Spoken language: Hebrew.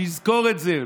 שיזכור את זה.